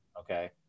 Okay